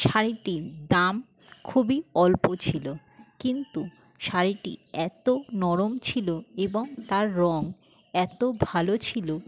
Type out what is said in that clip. শাড়িটির দাম খুবই অল্প ছিলো কিন্তু শাড়িটি এতো নরম ছিলো এবং তার রং এতো ভালো ছিলো